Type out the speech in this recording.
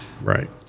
Right